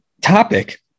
topic